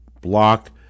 block